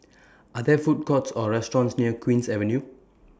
Are There Food Courts Or restaurants near Queen's Avenue